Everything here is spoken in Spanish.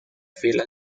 filas